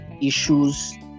issues